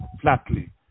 flatly